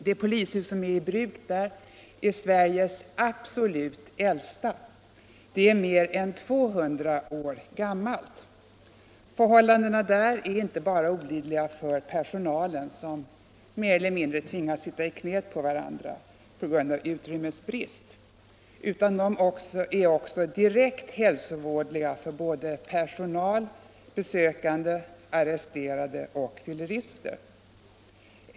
Det polishus som där är i bruk är Sveriges absolut äldsta, mer än 200 år gammalt. Förhållandena är inte bara olidliga för personalen, som av utrymmesbrist tvingas mer eller mindre sitta i knäet på varandra, utan också direkt hälsovådliga för personal, besökande, arresterade och fyllerister.